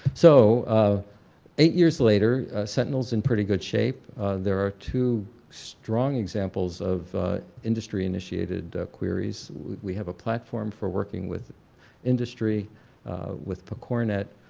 so eight years later sentinel is in pretty good shape there are two strong examples of industry initiated queries we have a platform for working with industry with pcornet,